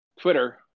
twitter